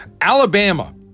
Alabama